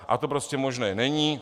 A to prostě možné není.